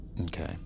okay